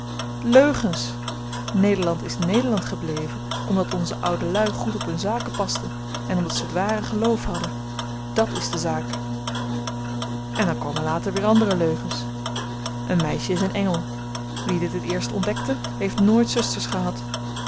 leugens nederland is nederland gebleven omdat onze oude luî goed op hun zaken pasten en omdat ze het ware geloof hadden dàt is de zaak en dan komen later weer andere leugens een meisjen is een engel wie dit het eerst ontdekte heeft nooit zusters gehad